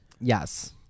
Yes